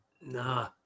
Nah